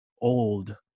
old